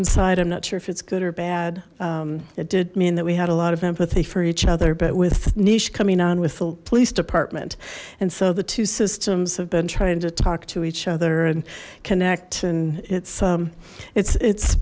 coincide i'm not sure if it's good or bad it did mean that we had a lot of empathy for each other but with nish coming on with the police department and so the two systems have been trying to talk to each other and connect and it's it's it's